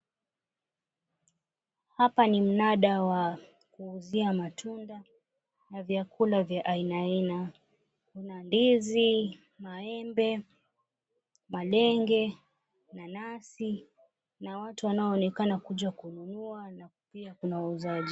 Hapa ni mnada wa kuuzia matunda na vyakula vya aina aina kuna ndizi, maembe, malenge, nanasi, na watu wanaonekana kuja kununua na pia kuna wauzaji.